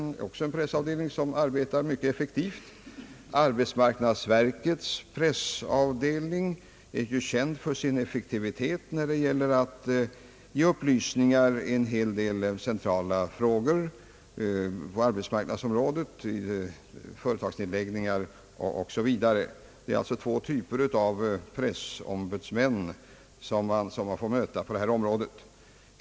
Det är också en pressavdelning som arbetar mycket effektivt. Arbetsmarknadsverkets pressavdelning är ju känd för sin effektivitet när det gäller att ge upplysningar i en hel del centrala frågor på arbetsmarknadsområdet såsom bl.a. företagsnedläggningar. Man får alltså möta två typer av pressombudsmän på detta område.